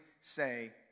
say